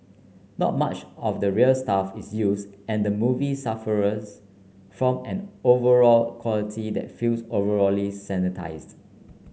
not much of the real stuff is used and the movie suffers from an overall quality that feels overally sanitised